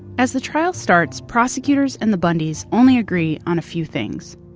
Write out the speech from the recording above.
as the trial starts, prosecutors and the bundys only agree on a few things.